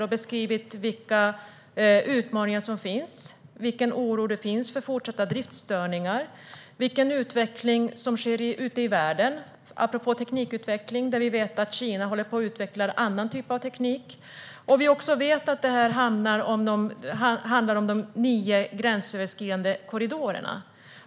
De har beskrivit vilka utmaningar som finns, vilken oro man har inför fortsatta driftsstörningar och vilken utveckling som sker ute i världen. Apropå teknikutveckling vet vi att Kina håller på att utveckla en annan typ av teknik. Vi vet också att detta handlar om de nio gränsöverskridande korridorerna.